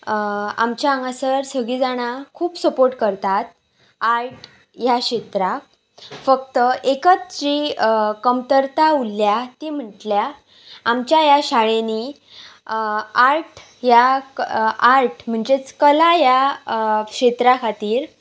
आमच्या हांगासर सगळीं जाणां खूब सपोर्ट करतात आर्ट ह्या क्षेत्राक फक्त एकच जी कमतरता उरल्या ती म्हटल्या आमच्या ह्या शाळेनी आर्ट ह्या आर्ट म्हणजेच कला ह्या क्षेत्रा खातीर